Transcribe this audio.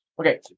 Okay